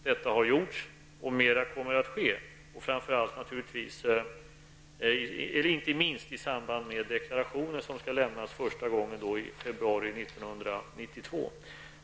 Detta har gjorts, och mera kommer att ske -- inte minst i samband med de deklarationer som skall avlämnas första gången i februari 1992.